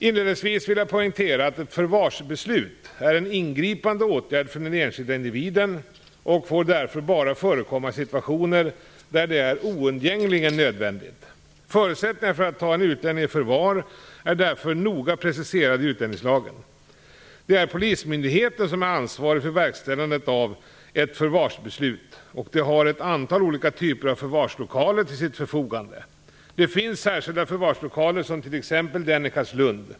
Inledningsvis vill jag poängtera att ett förvarsbeslut är en ingripande åtgärd för den enskilde individen och får därför bara förekomma i situationer där det är oundgängligen nödvändigt. Förutsättningarna för att ta en utlänning i förvar är därför noga preciserade i utlänningslagen. Det är polismyndigheten som är ansvarig för verkställandet av ett förvarsbeslut, och den har ett antal olika typer av förvarslokaler till sitt förfogande. Det finns särskilda förvarslokaler, som t.ex. den i Carlslund.